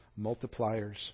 multipliers